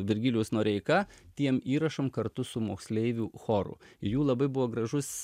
virgilijus noreika tiem įrašam kartu su moksleivių choru jų labai buvo gražus